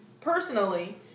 personally